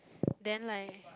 then like